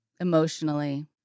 emotionally